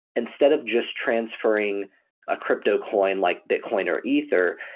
instead of just transferring a crypto coin, like bitcoin or ether,